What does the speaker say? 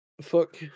fuck